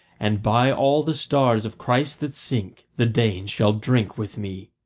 and by all the stars of christ that sink, the danes shall drink with me.